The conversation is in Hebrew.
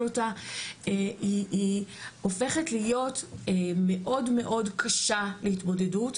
אותה היא הופכת להיות מאוד קשה להתמודדות,